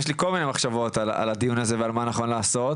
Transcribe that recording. יש לי כל מיני מחשבות על הדיון הזה ועל מה נכון לעשות.